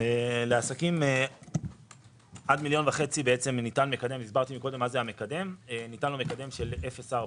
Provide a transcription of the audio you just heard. לעסקים עד 1.5 מיליון שקל ניתן מקדם של 0.4,